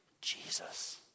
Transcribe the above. Jesus